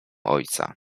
ojca